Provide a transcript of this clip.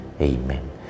Amen